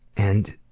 and